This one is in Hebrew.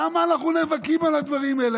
למה אנחנו נאבקים על הדברים האלה?